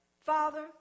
father